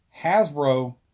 Hasbro